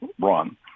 run